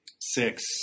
six